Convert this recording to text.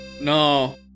no